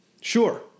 Sure